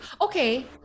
Okay